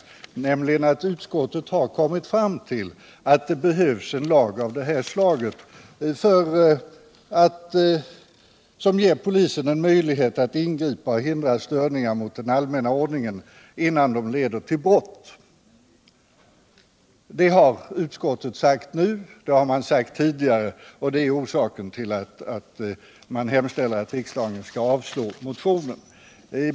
nämligen att utskottet kommit fram till att det behövs en lag av det här slaget. som ger polisen en möjlighet att ingripa och hindra störningar av den allmänna ordningen innan de leder till brott. Det har utskottet sagt nu, och det har utskottet sagt tidigare. Detta är alltså orsaken till att utskotiet hemställer att riksdagen skall avstå motionen.